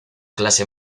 clase